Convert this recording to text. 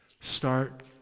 Start